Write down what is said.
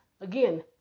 Again